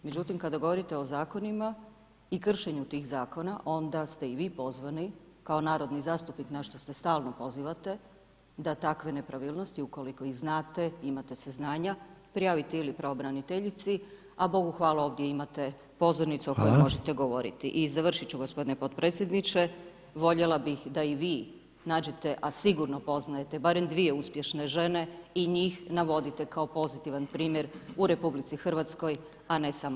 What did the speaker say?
Međutim kada govorite o zakonima, i kršenju tih zakona, onda ste i vi pozvani kao narodni zastupnik na što se stalno pozivate, da takve nepravilnosti, ukoliko ih znate, imate saznanja, prijavite ili pravobraniteljici a bogu hvala, ovdje imate pozornicu u kojoj možete govoriti [[Upadica Reiner: Hvala.]] I završit ću gospodine potpredsjedniče, voljela bih i da vi nađete a sigurno poznajete barem dvije uspješne žene i njih navodite kao pozitivan primjer u RH a ne samo negativno.